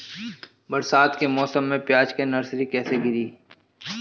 बरसात के मौसम में प्याज के नर्सरी कैसे गिरी?